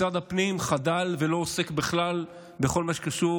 משרד הפנים חדל ולא עוסק בכלל בכל מה שקשור